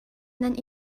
nan